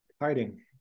hiding